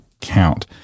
count